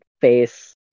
face